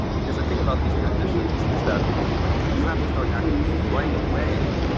because the thing about these transitions is that you have to start acting right away.